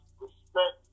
respect